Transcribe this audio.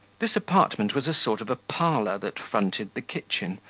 this apartment was a sort of a parlour that fronted the kitchen,